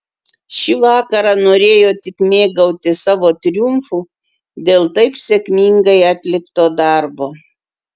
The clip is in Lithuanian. šį vakarą norėjo tik mėgautis savo triumfu dėl taip sėkmingai atlikto darbo